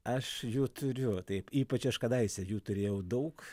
aš jų turiu taip ypač aš kadaise jų turėjau daug